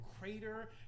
crater